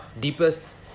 deepest